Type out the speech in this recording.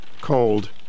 cold